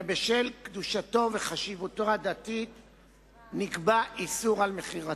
ובשל קדושתו וחשיבותו הדתית נקבע איסור של מכירתו.